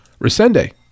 Resende